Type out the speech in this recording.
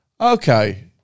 Okay